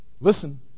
listen